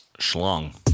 Schlong